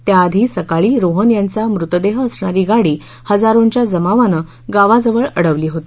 त्याआधी सकाळी रोहन यांचा मृतदेह असणारी गाड़ी हजारोंच्या जमावानं गावाजवळ अडवली होती